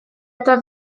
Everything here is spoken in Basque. eta